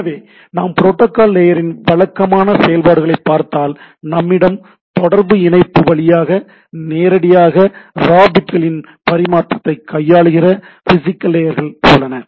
எனவே நாம் புரொட்டோகால் லேயரின் வழக்கமான செயல்பாடுகளைப் பார்த்தால் நம்மிடம் தொடர்பு இணைப்பு வழியாக நேரடியான ரா பிட்களின் பரிமாற்றத்தைக் கையாளுகிற பிசிகல் லேயர்கள் உள்ளன